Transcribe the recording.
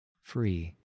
free